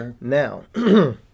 now